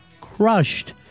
crushed